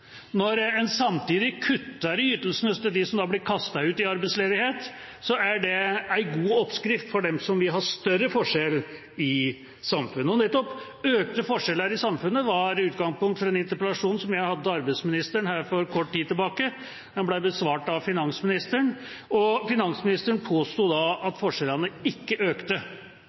Når en samtidig kutter i ytelsene til dem som blir kastet ut i arbeidsledighet, er det en god oppskrift for dem som vil ha større forskjeller i samfunnet. Og nettopp økte forskjeller i samfunnet var utgangspunktet for en interpellasjon som jeg hadde til arbeidsministeren her for kort tid tilbake. Den ble besvart av finansministeren, og finansministeren påsto da at forskjellene ikke økte.